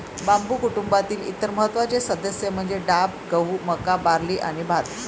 बांबू कुटुंबातील इतर महत्त्वाचे सदस्य म्हणजे डाब, गहू, मका, बार्ली आणि भात